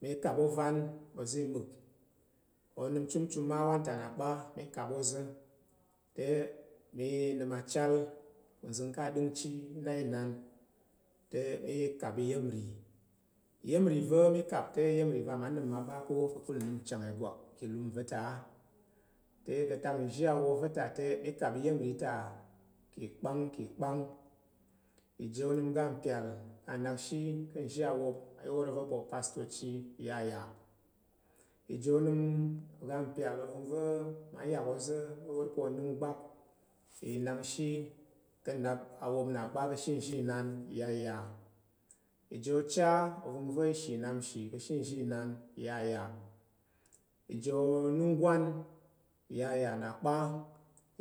Mi kap ovan oza̱ mi onəm chumchum ma wantana kpa mi kap oza̱ te mi nəm a chənzəng ka dəngchi mi na inan te mi kap iya̱m nri iya̱m nri va̱ mi kap iya̱m ri iya̱m uri va̱ mi kap te iya̱m uri va ma nəm ma ɓa ko ka̱kul nəm nchang ìgwak ka̱ ilum va̱ ta- a te ka̱ atak nza̱ awop va̱ ta te mi kap iya̱m ri vata ka̱ pwa ka̱ pwan iji onəm oga mpyal ga nak shi ka̱ nza̱ awop mi wor ozo pa̱ opastorci, ya iji onəm oga mpyal ovəngva̱ ma yak oza̱ mi wor pa̱ onəm bak inak shi nnap awop na pa̱ ka̱ ashe nzhi inan yaya iji chen ovan va̱ ishi nnap shì ka̱ she nzhi na yaya iji anungwan yaya na pa̱